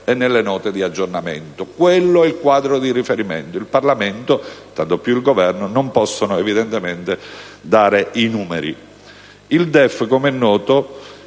e nelle note di aggiornamento. Quello è il quadro di riferimento: il Parlamento e, tanto più, il Governo non possono dare i numeri. Come è noto,